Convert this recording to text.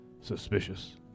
suspicious